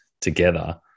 together